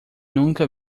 nunca